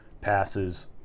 Passes